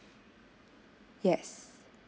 yes